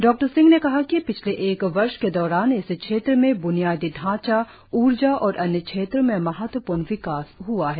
डॉ सिंह ने कहा कि पिछले एक वर्ष के दौरान इस क्षेत्र में ब्नियादी ढांचा ऊर्जा और अन्य क्षेत्रों में महत्वपूर्ण विकास हआ है